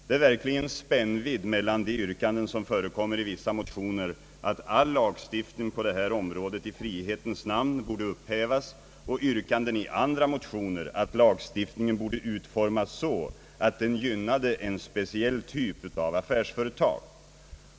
Det är verkligen spännvidd mellan de yrkanden som förekommer i vissa motioner, att all lagstiftning på det här området i frihetens namn borde upphävas, och yrkanden i andra motioner, att lagstiftningen borde utformas så att den gynnade en speciell typ av affärsföretag.